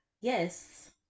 yes